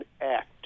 Act